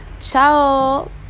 Ciao